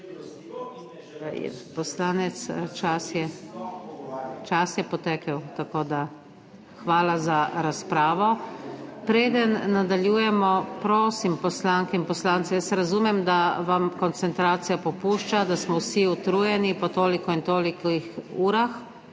čas je, čas je potekel, tako da, hvala za razpravo. Preden nadaljujemo, prosim poslanke in poslance, jaz razumem, da vam koncentracija popušča, da smo vsi utrujeni po toliko in tolikih urah,